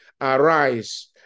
arise